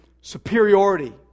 superiority